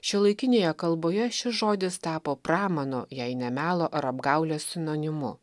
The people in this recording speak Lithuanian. šiuolaikinėje kalboje šis žodis tapo pramano jei ne melo ar apgaulės sinonimu